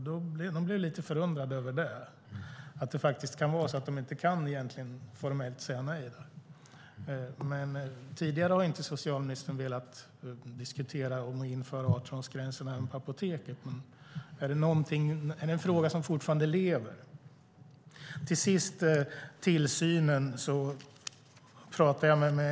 De blev lite förundrade över att de faktiskt formellt inte kan säga nej. Tidigare har socialministern inte velat diskutera att införa 18-årsgräns även på apoteket. Är det en fråga som fortfarande lever? Till sist vill jag ta upp frågan om tillsynen.